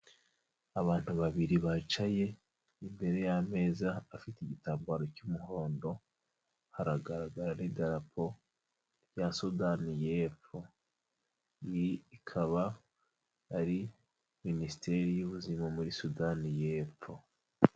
Abantu babiri bicaye imbere y'ameza, afite igitambaro cy'umuhondo, haragaragara n'idarapo rya Sudani y'epfo, iyi ikaba ari Minisiteri y'ubuzima, muri Sudani y'epfo.